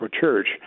Church